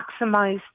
maximize